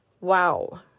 Wow